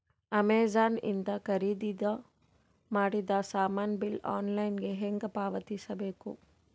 Amazon ಇಂದ ಖರೀದಿದ ಮಾಡಿದ ಸಾಮಾನ ಬಿಲ್ ಆನ್ಲೈನ್ ಹೆಂಗ್ ಪಾವತಿಸ ಬೇಕು?